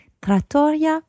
Trattoria